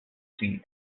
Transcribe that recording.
abbey